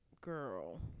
girl